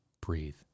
breathe